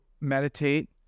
meditate